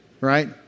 Right